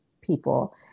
people